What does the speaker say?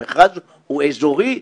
המכרז הוא אזורי?